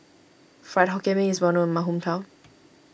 Fried Hokkien Mee is well known in my hometown